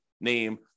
name